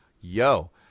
Yo